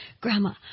Grandma